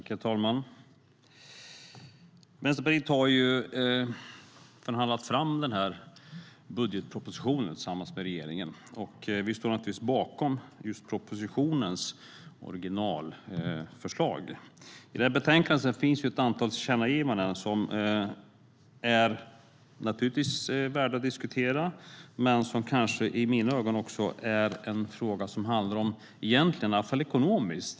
Herr talman! Vänsterpartiet har förhandlat fram budgetpropositionen tillsammans med regeringen. Vi står bakom propositionens originalförslag. I betänkandet finns ett antal tillkännagivanden som är värda att diskuteras men som i mina ögon handlar om marginella saker, i alla fall ekonomiskt.